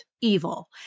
evil